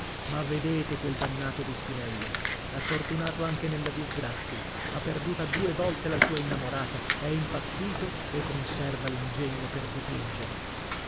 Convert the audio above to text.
ma vedete quel dannato di spinello è fortunato anche nella disgrazia ha perduta due volte la sua innamorata è impazzito e conserva l'ingegno per dipingere